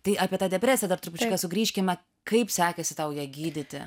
tai apie tą depresiją dar trupučiuką sugrįžkime kaip sekėsi tau ją gydyti